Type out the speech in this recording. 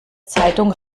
zeitung